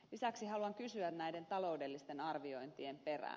lisäksi haluan kysyä näiden taloudellisten arviointien perään